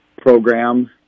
program